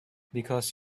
because